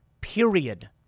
period